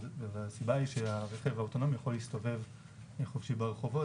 אבל הסיבה היא שהרכב האוטונומי יכול להסתובב חופשי ברחובות